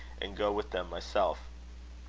and go with them myself.